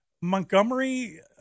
Montgomery